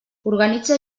organitza